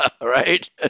right